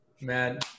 Man